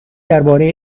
درباره